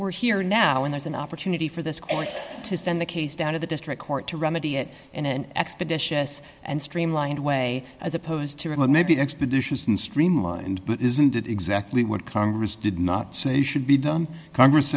we're here now and there's an opportunity for this court to send the case down to the district court to remedy it in an expeditious and streamlined way as opposed to a maybe expeditious and streamlined but isn't that exactly what congress did not say should be done congress